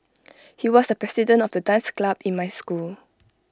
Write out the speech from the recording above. he was the president of the dance club in my school